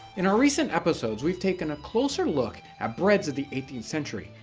in our recent episodes, we've taken a closer look at breads of the eighteenth century.